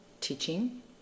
teaching